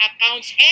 accounts